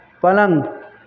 पलंग